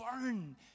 burn